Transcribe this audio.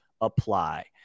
apply